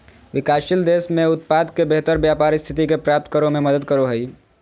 विकासशील देश में उत्पाद के बेहतर व्यापार स्थिति के प्राप्त करो में मदद करो हइ